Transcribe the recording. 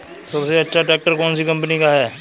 सबसे अच्छा ट्रैक्टर कौन सी कम्पनी का है?